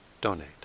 donate